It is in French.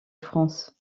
france